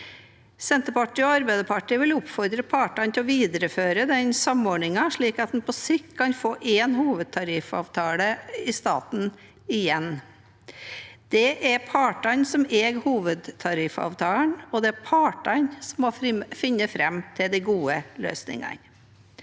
Senterpartiet og Arbeiderpartiet vil oppfordre partene til å videreføre denne samordningen, slik at man på sikt igjen kan få én hovedtariffavtale i staten. Det er partene som eier hovedtariffavtalen, og det er partene som må finne fram til de gode løsningene.